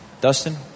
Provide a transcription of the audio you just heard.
Dustin